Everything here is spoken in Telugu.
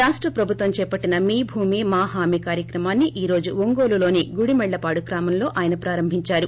రాష్ట ప్రభుత్వం చేపట్టిన మీ భూమి మా హామీ కార్యక్రమాన్ని ఈ రోజు ఒంగోలులోని గుడిమెళ్లపాడు గ్రామంలో ఆయన ప్రారంభించారు